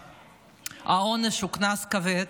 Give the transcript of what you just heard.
העונש הוא קנס כבד